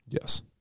Yes